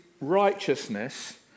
righteousness